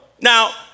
Now